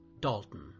Dalton